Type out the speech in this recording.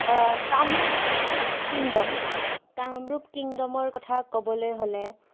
Kamrup kingdom Kamrup কিংডমৰ কথা ক'বলৈ হ'লে